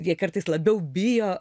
jie kartais labiau bijo